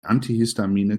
antihistamine